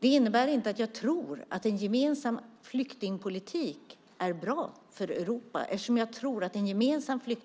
Det innebär inte att jag tror att en gemensam flyktingpolitik är bra för Europa, eftersom jag tror att den i så fall